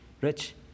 Rich